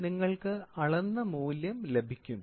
നിങ്ങൾക്ക് അളന്ന മൂല്യം ലഭിക്കും